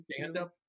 stand-up